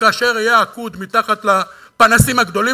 כאשר אהיה עקוד מתחת לפנסים הגדולים,